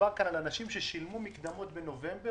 מדובר כאן על אנשים ששילמו מקדמות בנובמבר